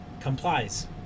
complies